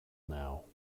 now